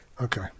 Okay